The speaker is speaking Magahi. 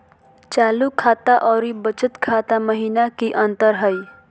चालू खाता अरू बचत खाता महिना की अंतर हई?